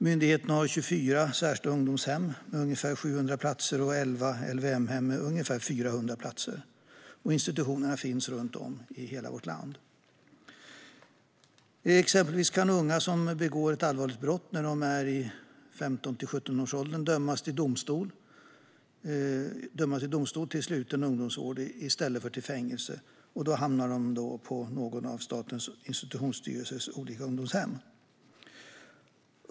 Myndigheten har 24 särskilda ungdomshem med ungefär 700 platser och 11 LVM-hem med ungefär 400 platser. Institutionerna finns runt om i hela vårt land. Exempelvis kan unga som begår allvarliga brott när de är mellan 15 och 17 år dömas av domstol till sluten ungdomsvård i stället för till fängelse. Då hamnar de på något av Statens institutionsstyrelses olika ungdomshem.